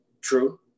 True